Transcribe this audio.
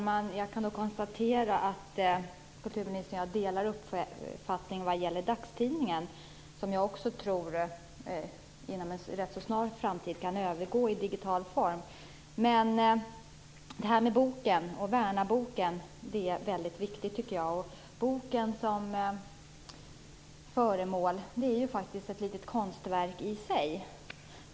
Fru talman! Jag kan konstatera att kulturministern och jag delar uppfattningen vad gäller dagstidningen. Jag tror också att den inom en rätt snar framtid kommer att övergå i digital form. Att värna boken är väldigt viktigt. Boken som föremål är faktiskt ett litet konstverk i sig.